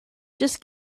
just